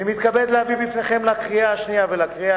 אני מתכבד להביא לפניכם לקריאה שנייה ולקריאה